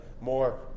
more